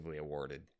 awarded